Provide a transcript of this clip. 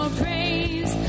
praise